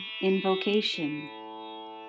invocation